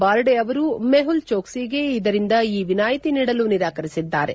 ಬಾರ್ಡೆ ಅವರು ಮೆಹುಲ್ ಜೋಕ್ಷಿಗೆ ಇದರಿಂದ ಈ ವಿನಾಯಿತಿ ನೀಡಲು ನಿರಾಕರಿಸಿದ್ದಾರೆ